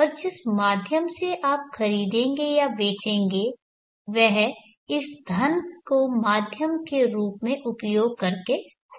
और जिस माध्यम से आप खरीदेंगे या बेचेंगे वह इस धन को माध्यम के रूप में उपयोग करके होगा